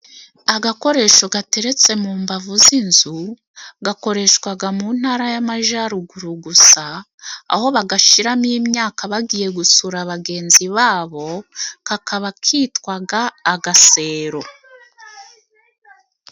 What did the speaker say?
Agakoresho gateretse mu mbavu z'inzu, gakoreshwa mu ntara y'amajyaruguru gusa aho bagashyiramo imyaka bagiye gusura bagenzi babo, kakaba kitwa agasero.